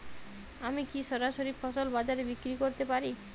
আমি কি সরাসরি ফসল বাজারে বিক্রি করতে পারি?